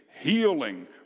healing